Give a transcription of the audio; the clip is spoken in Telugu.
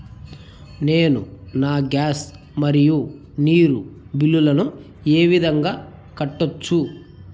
నేను నా గ్యాస్, మరియు నీరు బిల్లులను ఏ విధంగా కట్టొచ్చు?